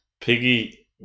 Piggy